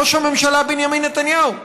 ראש הממשלה בנימין נתניהו.